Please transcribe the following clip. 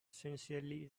sincerely